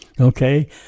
okay